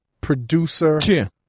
producer